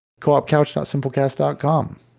coopcouch.simplecast.com